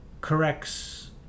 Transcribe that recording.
corrects